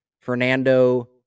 Fernando